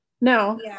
No